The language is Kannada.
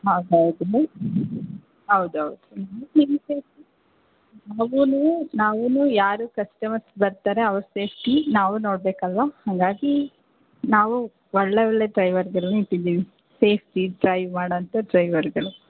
ಹಾಂ ಹೌದು ಹೌದು ಹೌದು ನಾವೂನು ನಾವೂನು ಯಾರು ಕಸ್ಟಮರ್ಸ್ ಬರ್ತಾರೆ ಅವ್ರ ಸೇಫ್ಟಿ ನಾವು ನೋಡಬೇಕಲ್ವ ಹಂಗಾಗಿ ನಾವು ಒಳ್ಳೆ ಒಳ್ಳೆ ಡ್ರೈವರ್ಗಳನ್ನೇ ಇಟ್ಟಿದ್ದೀವಿ ಸೇಫ್ಟಿ ಡ್ರೈವ್ ಮಾಡೋಂಥ ಡ್ರೈವರ್ಗಳು